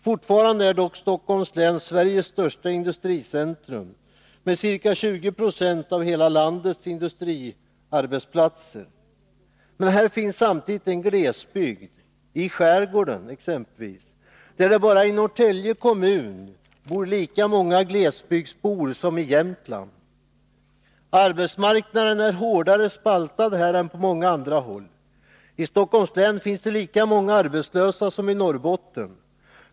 Fortfarande är dock Stockholms län Sveriges största industricentrum med ca 20 26 av hela landets industriarbetsplatser. Men här finns samtidigt en glesbygd — exempelvis i skärgården. Bara i Norrtälje kommun bor det lika många glesbygdsbor som i Jämtland. Arbetsmarknaden är hårdare spaltad här än på många andra håll. I Stockholms län finns det lika många arbetslösa som i Norrbotten.